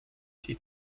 die